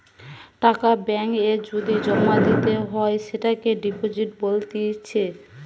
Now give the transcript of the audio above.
টাকা ব্যাঙ্ক এ যদি জমা দিতে হয় সেটোকে ডিপোজিট বলতিছে